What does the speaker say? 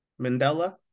Mandela